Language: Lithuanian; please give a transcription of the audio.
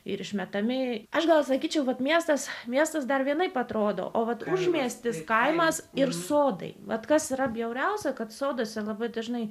ir išmetami aš gal sakyčiau kad miestas miestas dar vienaip atrodo o vat užmiestis kaimas ir sodai vat kas yra bjauriausia kad soduose labai dažnai